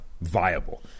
viable